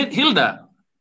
Hilda